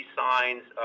signs